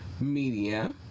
media